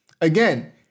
again